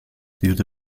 duurde